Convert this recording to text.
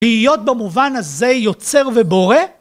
תהיות במובן הזה יוצר ובורא?